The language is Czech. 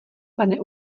pane